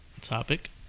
Topic